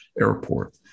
airport